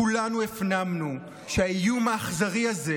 כולנו הפנמנו שהאיום האכזרי הזה,